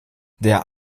der